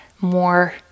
more